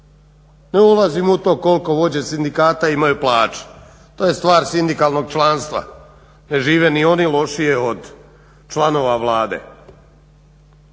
Ne ulazim u to koliko vođe sindikata imaju plaće, to je stvar sindikalnog članstva. Ne žive ni oni lošije od članova Vlade.